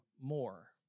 more